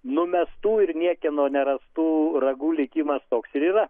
numestų ir niekieno nerastų ragų likimas toks ir yra